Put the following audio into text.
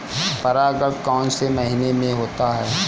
परागण कौन से महीने में होता है?